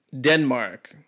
Denmark